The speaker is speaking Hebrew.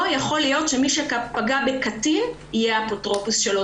לא יכול להיות שמי שפגע בקטין יהיה אפוטרופוס שלו,